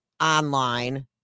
online